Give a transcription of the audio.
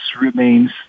remains